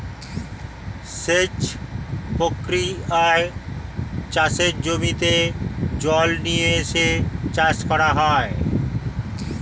সেচ প্রক্রিয়ায় চাষের জমিতে জল নিয়ে এসে চাষ করা যায়